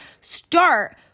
start